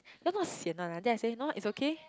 you all not sian one ah then I say no it's okay